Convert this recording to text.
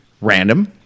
random